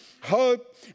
hope